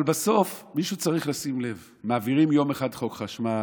אבל בסוף מישהו צריך לשים לב: מעבירים יום אחד חוק חשמל,